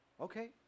Okay